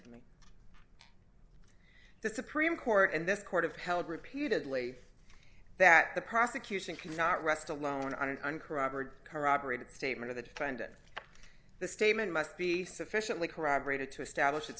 the supreme court and this court of held repeatedly that the prosecution cannot rest alone on uncorroborated corroborated statement of the defendant the statement must be sufficiently corroborated to establish it